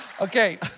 Okay